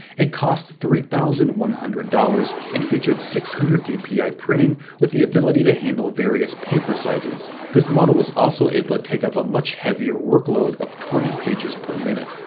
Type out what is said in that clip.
it cost three thousand one hundred dollars and featured six hundred dpi printing with the ability to handle various paper sizes. this model was also able to take up a much heavier workload of twenty pages per minute.